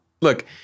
look